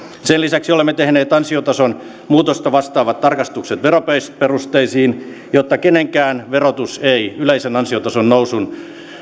sen lisäksi olemme tehneet ansiotason muutosta vastaavat tarkistukset veroperusteisiin jotta kenenkään verotus ei yleisen ansiotason nousun